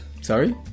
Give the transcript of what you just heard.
Sorry